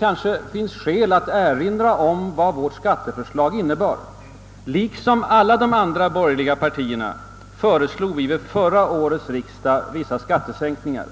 han nu valde — finns det skäl att erinra om vad vårt skatteförslag innebar. Liksom alla de andra borgerliga partierna föreslog vi vid förra årets riksdag vissa skattesänkningar.